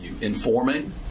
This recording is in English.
informing